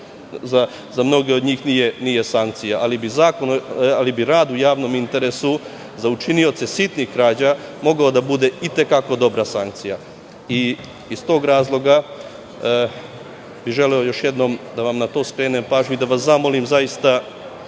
za mnoge od njih nije sankcija, ali bi rad u javnom interesu za učinioce sitnih krađa mogao da bude i te kako dobra sankcija. Iz tog razloga bih želeo još jednom da vam na to skrenem pažnju i da vas zamolim da zaista